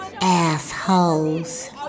Assholes